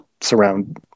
surround